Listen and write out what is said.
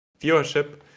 viewership